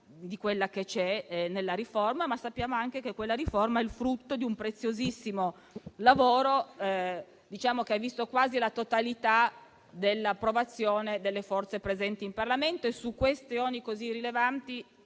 di quella che c'è nella riforma, ma sappiamo anche che tale riforma è il frutto di un preziosissimo lavoro che ha visto l'approvazione della quasi totalità delle forze presenti in Parlamento. Su questioni così rilevanti,